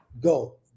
go